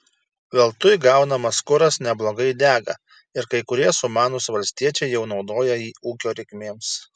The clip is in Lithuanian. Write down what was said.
veltui gaunamas kuras neblogai dega ir kai kurie sumanūs valstiečiai jau naudoja jį ūkio reikmėms